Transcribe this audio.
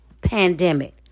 pandemic